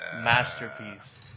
Masterpiece